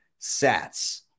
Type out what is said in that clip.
sats